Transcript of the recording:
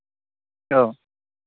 औ